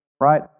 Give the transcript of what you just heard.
right